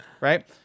right